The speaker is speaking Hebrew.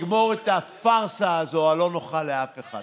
נגמור את הפארסה הזאת, שלא נוחה לאף אחד.